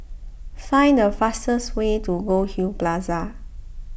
find the fastest way to Goldhill Plaza